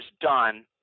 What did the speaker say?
done